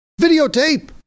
videotape